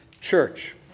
Church